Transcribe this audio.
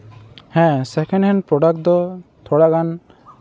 ᱦᱮᱸ second hand product ᱫᱚ ᱛᱷᱚᱲᱟ ᱜᱟᱱ